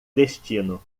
destino